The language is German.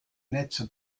netze